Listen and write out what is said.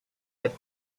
with